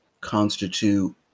constitute